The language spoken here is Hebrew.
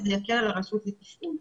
וזה יקל על הרשות לתפעול.